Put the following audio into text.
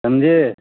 سمجھے